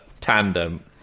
tandem